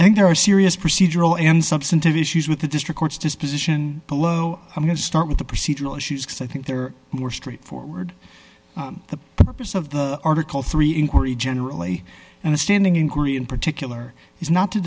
i think there are serious procedural and substantive issues with the district court's disposition below i'm going to start with the procedural issues because i think they're more straightforward the purpose of the article three inquiry generally and the standing inquiry in particular is not to